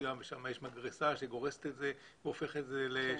מסוים ושם יש מגרסה שגורסת והופכת את זה לשבבים,